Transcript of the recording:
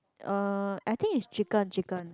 uh I think it's chicken chicken